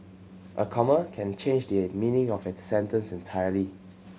a comma can changed the meaning of a sentence entirely